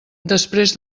després